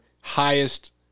highest